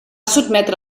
sotmetre